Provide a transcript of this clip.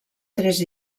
tres